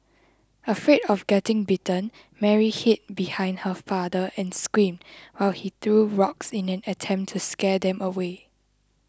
afraid of getting bitten Mary hid behind her father and screamed while he threw rocks in an attempt to scare them away